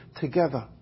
together